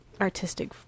artistic